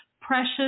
precious